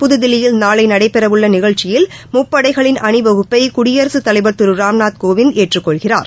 புதுதில்லியில் நாளைநடைபெறவுள்ளநிகழ்ச்சியில் முப்படைகளின் அணிவகுப்பைகுடியரசுத் தலைவா் திருராம்நாத் கோவிந்த் ஏற்றுக் கொள்கிறார்